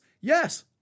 Yes